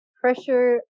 pressure